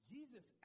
Jesus